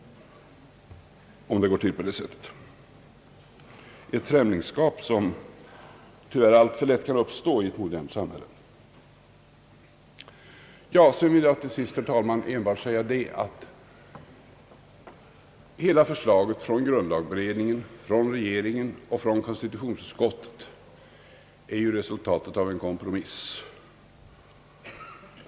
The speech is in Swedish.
Det är ett främlingskap som tyvärr alltför lätt kan uppstå i ett modernt samhälle. Slutligen vill jag, herr talman, endast säga att hela förslaget från grundlagberedningen, från regeringen och från konstitutionsutskottet är resultatet av en kompromiss.